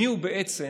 מיהו בעצם